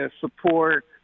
support